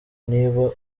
niba